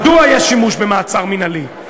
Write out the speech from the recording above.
מדוע יש שימוש במעצר מינהלי?